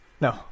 no